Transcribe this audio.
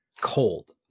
cold